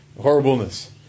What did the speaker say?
horribleness